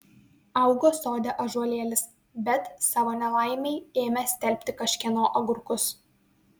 augo sode ąžuolėlis bet savo nelaimei ėmė stelbti kažkieno agurkus